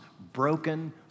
broken